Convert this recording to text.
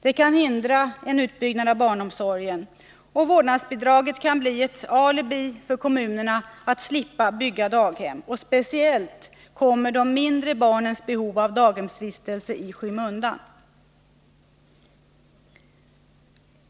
Detta kan hindra en fortsatt utbyggnad av barnomsorgen genom att kommunerna tar vårdnadsbidraget till intäkt för att inte behöva bygga daghem. Speciellt de mindre barnens behov av daghemsvistelse kommer i skymundan.